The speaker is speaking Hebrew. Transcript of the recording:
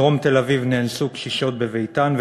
בדרום תל-אביב נאנסו קשישות בביתן,